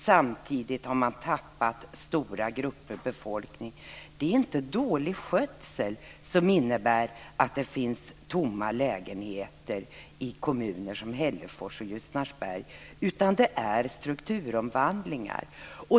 Samtidigt har man tappat stora grupper befolkning. Det är inte dålig skötsel som gör att det finns tomma lägenheter i kommuner som Hällefors och Ljusnarsberg, utan det är strukturomvandlingar.